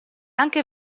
anche